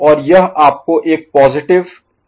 और यह आपको एक पॉजिटिव एज ट्रिगर् दे रहा है